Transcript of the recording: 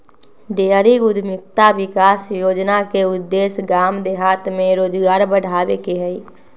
dairy उद्यमिता विकास योजना के उद्देश्य गाम देहात में रोजगार बढ़ाबे के हइ